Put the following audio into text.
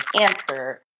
answer